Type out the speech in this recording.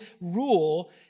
rule